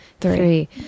three